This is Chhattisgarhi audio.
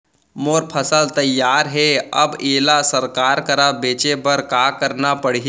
मोर फसल तैयार हे अब येला सरकार करा बेचे बर का करना पड़ही?